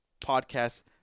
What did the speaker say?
podcast